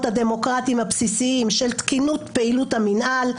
הדמוקרטיים הבסיסיים של תקינות פעילות המינהל,